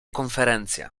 konferencja